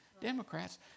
Democrats